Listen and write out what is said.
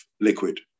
Liquid